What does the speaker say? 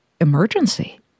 Emergency